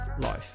life